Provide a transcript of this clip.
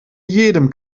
jedem